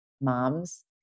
moms